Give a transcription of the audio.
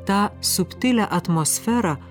tą subtilią atmosferą